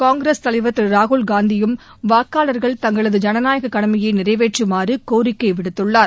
காங்கிரஸ் தலைவா் திரு ராகுல்காந்தியும் வாக்களா்கள் தங்களது ஜனநாயகக் கடமையை நிறைவேற்றுமாறு கோரிக்கை விடுத்துள்ளார்